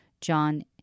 John